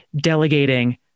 delegating